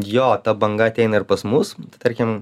jo ta banga ateina ir pas mus tarkim